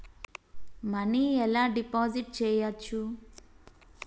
Money ఎలా deposit చేయచ్చు?